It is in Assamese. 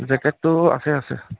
জেকেটটো আছে আছে